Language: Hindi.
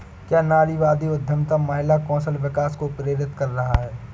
क्या नारीवादी उद्यमिता महिला कौशल विकास को प्रेरित कर रहा है?